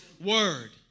word